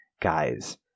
guys